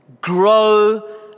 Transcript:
Grow